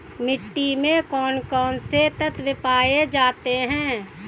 मिट्टी में कौन कौन से तत्व पाए जाते हैं?